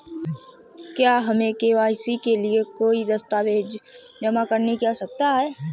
क्या हमें के.वाई.सी के लिए कोई दस्तावेज़ जमा करने की आवश्यकता है?